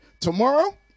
Tomorrow